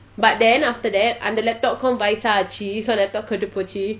but then after that அந்த:antha laptop கும் வயசாய்ச்சு:kum vayasaichu so அந்த:antha laptop கெட்டு போச்சு:kettu pochu